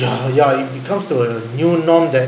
ya ya you you come to the norm that